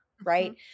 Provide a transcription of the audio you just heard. right